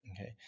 Okay